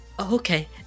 Okay